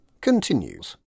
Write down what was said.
continues